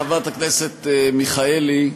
חברת הכנסת מיכאלי,